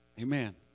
Amen